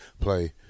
play